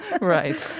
Right